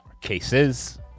cases